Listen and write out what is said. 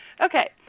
Okay